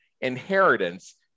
inheritance